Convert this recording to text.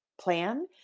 plan